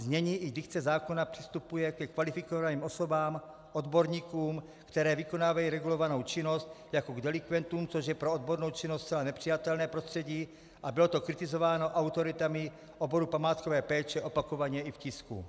Znění i dikce zákona přistupuje ke kvalifikovaným osobám, odborníkům, kteří vykonávají regulovanou činnost, jako k delikventům, což je pro odbornou činnost zcela nepřijatelné prostředí a bylo to kritizováno autoritami oboru památkové péče opakovaně i v tisku.